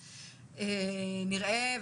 נראה,